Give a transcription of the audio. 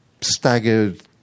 staggered